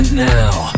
now